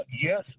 yes